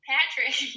Patrick